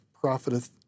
profiteth